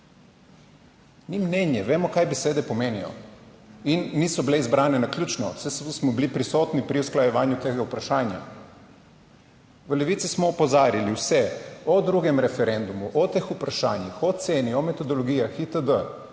ni mnenje, vemo, kaj besede pomenijo in niso bile izbrane naključno. Saj smo bili prisotni pri usklajevanju tega vprašanja. V Levici smo opozarjali vse o drugem referendumu o teh vprašanjih, o ceni, o metodologijah, itd.,